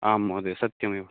आं महोदय सत्यमेव